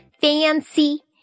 fancy